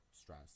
stress